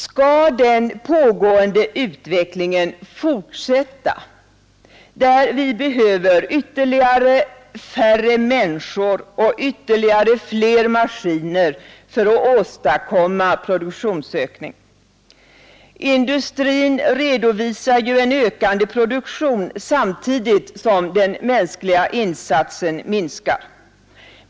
Skall den pågående utvecklingen fortsätta, där vi behöver ytterligare färre människor och ytterligare fler maskiner för att åstadkomma produktionsökning? Industrin redovisar ju en ökande produktion samtidigt som den mänskliga insatsen minskar.